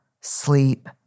sleep